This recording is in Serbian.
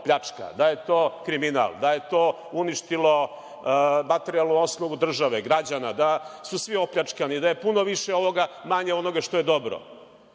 da je to kriminal, da je to uništilo materijalnu osnovu države, građana, da su svi opljačkani, da je puno više ovoga, manje onoga, što je dobro.